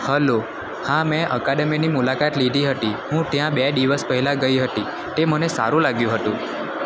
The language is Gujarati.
હલો હા મેં અકાદમીની મુલાકાત લીધી હતી હું ત્યાં બે દિવસ પહેલાં ગઈ હતી તે મને સારું લાગ્યું હતું